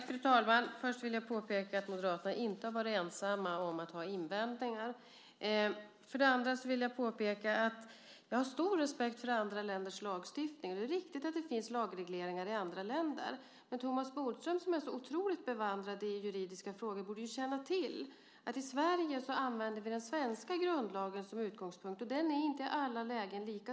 Fru talman! För det första vill jag påpeka att Moderaterna inte har varit ensamma om att ha invändningar. För det andra vill jag påpeka att jag har stor respekt för andra länders lagstiftning. Det är riktigt att det finns lagregleringar i andra länder. Men Thomas Bodström som är så otroligt bevandrad i juridiska frågor borde känna till att i Sverige använder vi den svenska grundlagen som utgångspunkt. Den är inte likadan i alla lägen.